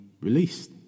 released